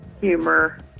humor